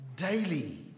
daily